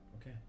Okay